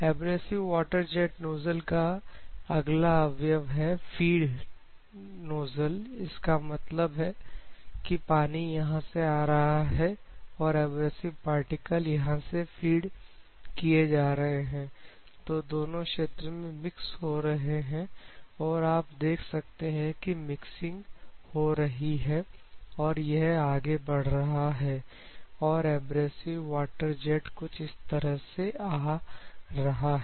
abrasive water jet nozzle का अगला अवयव है फीड नोजल इसका मतलब यह है कि पानी यहां से आ रहा है और एब्रेसिव पार्टिकल्स यहां से फीड किए जा रहे हैं तो दोनों क्षेत्र में मिक्स हो रहे हैं और आप देख सकते हैं कि मिक्सिंग हो रही है और यह आगे बढ़ रहा है और एब्रेसिव वाटर जेट कुछ इस तरह से आ रहा है